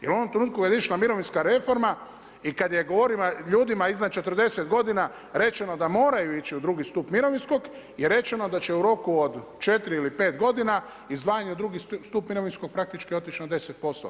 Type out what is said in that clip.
Jer u ovom trenutku kada je išla mirovinska reforma i kada je ... ljudima iznad 40 godina rečeno da moraju ići u drugi stup mirovinskog i rečeno da će u roku od 4 ili 5 godina izdvajanja u drugi stup mirovinskog praktički otići na 10%